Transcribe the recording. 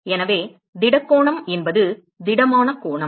எனவே திடக் கோணம் என்பது திடமான கோணம்